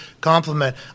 compliment